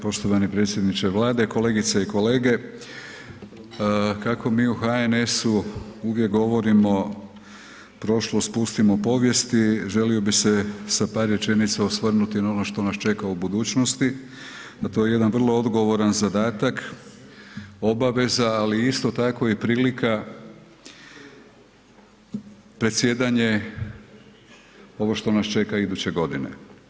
Poštovani predsjedniče Vlade, kolegice i kolege kako mi u HNS-u uvijek govorimo prošlost pustimo povijesti, želio bih se sa par rečenica osvrnuti na ono što nas čeka u budućnosti, a to je jedan vrlo odgovoran zadatak, obaveza, ali isto tako i prilika predsjedanje ovo što nas čeka iduće godine.